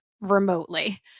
remotely